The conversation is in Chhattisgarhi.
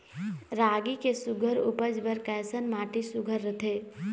रागी के सुघ्घर उपज बर कैसन माटी सुघ्घर रथे?